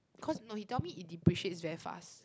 cause no he tell me it depreciates very fast